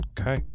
Okay